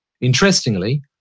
Interestingly